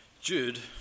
Jude